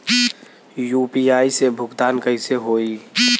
UPI से भुगतान कइसे होहीं?